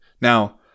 Now